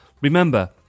Remember